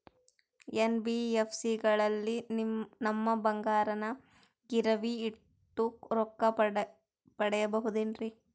NBFC ಗಳಲ್ಲಿ ನಮ್ಮ ಬಂಗಾರನ ಗಿರಿವಿ ಇಟ್ಟು ರೊಕ್ಕ ಪಡೆಯಬಹುದೇನ್ರಿ?